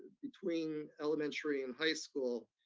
between elementary and high school,